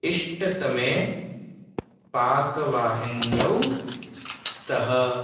इष्टतमे पाकवाहिन्यौ स्तः